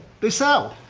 they sell,